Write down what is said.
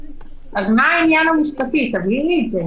אז מה העניין המשפטי?